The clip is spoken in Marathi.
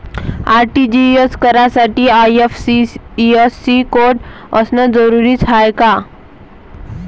आर.टी.जी.एस करासाठी आय.एफ.एस.सी कोड असनं जरुरीच हाय का?